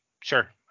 sure